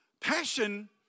Passion